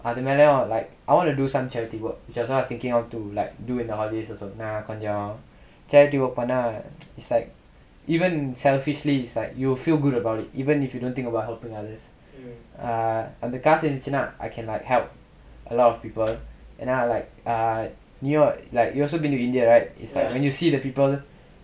அதுமேலயும்:athumelayum like I want to do some charity work so I was thinking I want to like do in the holidays also நா கொஞ்சம்:naa konjam charity work பண்ணா:pannaa it's like even selfishly it's like you feel good about it even if you don't think about helping others err அந்த காசு இருந்துச்சுனா:antha kaasu irunthuchunaa I cannot help a lot of people and like like you also been to india right you see the people